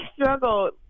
struggled